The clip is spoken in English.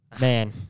man—